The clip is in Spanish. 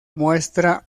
muestra